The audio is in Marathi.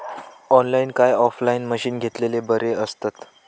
ऑनलाईन काय ऑफलाईन मशीनी घेतलेले बरे आसतात?